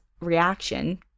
reaction